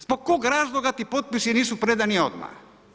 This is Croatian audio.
Zbog kog razloga ti potpisi nisu predani odmah?